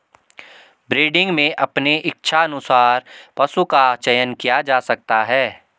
breeding में अपने इच्छा अनुसार पशु का चयन किया जा सकता है